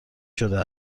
شده